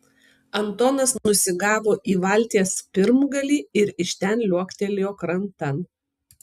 antonas nusigavo į valties pirmgalį ir iš ten liuoktelėjo krantan